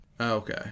Okay